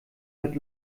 mit